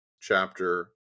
chapter